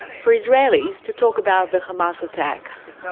for israelis to talk about the hamas attacks.